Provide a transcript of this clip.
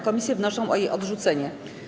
Komisje wnoszą o jej odrzucenie.